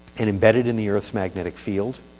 and embedded in the earth's magnetic field